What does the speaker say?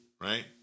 right